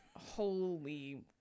holy